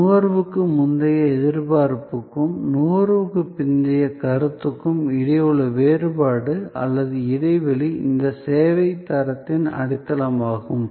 நுகர்வுக்கு முந்தைய எதிர்பார்ப்புக்கும் நுகர்வுக்கு பிந்தைய கருத்துக்கும் இடையே உள்ள வேறுபாடு அல்லது இடைவெளி இந்த சேவைத் தரத்தின் அடித்தளமாகும்